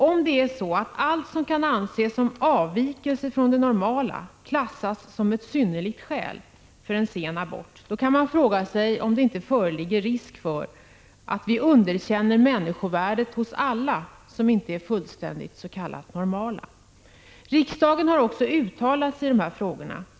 Om det är så att allt som kan anses som avvikelse från det normala klassas som ett synnerligt skäl för en sen abort, då kan man fråga sig om det inte föreligger risk för att vi underkänner människovärdet hos alla som inte är fullständigt s.k. normala. Riksdagen har också uttalat sig i dessa frågor.